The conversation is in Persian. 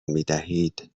میدهید